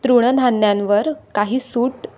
तृणधान्यांवर काही सूट